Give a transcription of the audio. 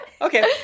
Okay